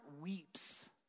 weeps